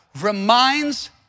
reminds